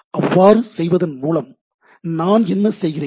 அவ்வாறு செய்வதன் மூலம் நான் என்ன செய்கிறேன்